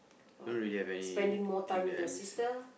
what spending more time with your sister